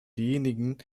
diejenigen